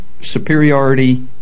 superiority